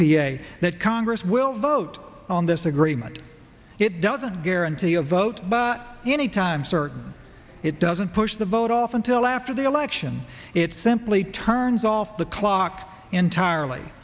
p a that congress will vote on this agreement it doesn't guarantee a vote but any time certain it doesn't push the vote off until after the election it simply turns off the clock entirely